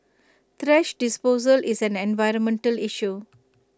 thrash disposal is an environmental issue